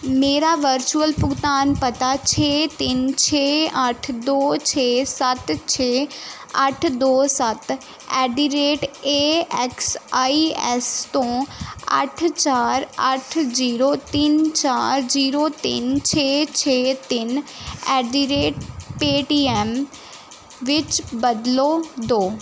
ਮੇਰਾ ਵਰਚੁਅਲ ਭੁਗਤਾਨ ਪਤਾ ਛੇ ਤਿੰਨ ਛੇ ਅੱਠ ਦੋ ਛੇ ਸੱਤ ਛੇ ਅੱਠ ਦੋ ਸੱਤ at the rate A X I S ਤੋਂ ਅੱਠ ਚਾਰ ਅੱਠ ਜ਼ੀਰੋ ਤਿੰਨ ਚਾਰ ਜ਼ੀਰੋ ਤਿੰਨ ਛੇ ਛੇ ਤਿੰਨ ਐਟ ਦੀ ਰੇਟ ਪੇਟੀਐੱਮ ਵਿਚ ਬਦਲੋ ਦੋ